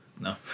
No